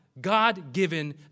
God-given